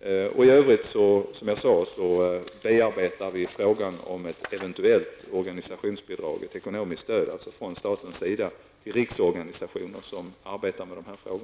För övrigt bearbetar vi, som jag sade, frågan om organisationsbidrag, dvs. ett ekonomiskt stöd från statens sida till riksorganisationer som arbetar med dessa frågor.